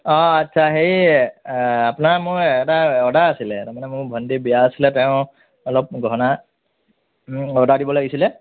অ আচ্ছা হেৰি এ আপোনাৰ মোৰ এটা অৰ্ডাৰ আছিলে তাৰমানে মোৰ ভণ্টীৰ বিয়া আছিলে তেওঁৰ অলপ গহণা অৰ্ডাৰ দিব লাগিছিলে